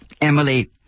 Emily